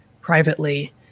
privately